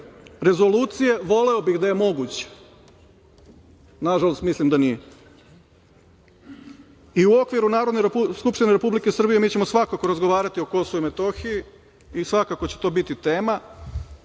rezolucije, voleo bih da je moguće, ali, nažalost, mislim da nije. U okviru Skupštine Republike Srbije mi ćemo svakako razgovarati o Kosovu i Metohiji i svakako će to biti tema.